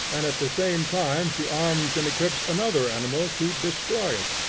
and at the same time she arms and equips another animal to destroy it.